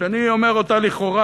שאני אומר אותה לכאורה,